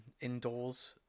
indoors